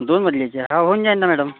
दोन मजलीची आहे हा होऊन जाईल ना मॅडम